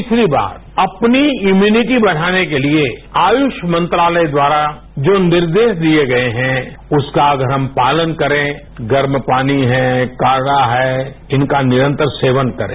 तीसरी बात अपनी इम्यूनिटी बढ़ाने के लिए आयुष मंत्रालय द्वारा जो निर्देश दिए गए हैं उसका अगर हम पालन करें गर्म पानी हैं काढ़ा हैं इनका निरंतर सेवन करें